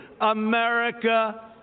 America